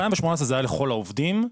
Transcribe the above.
ב-2018 זה היה לכל העובדים.